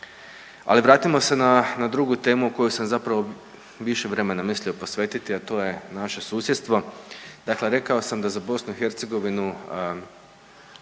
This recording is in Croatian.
Ali vratimo se na drugu temu kojoj sam zapravo više vremena mislio posvetiti, a to je naše susjedstvo. Dakle, rekao sam da za BiH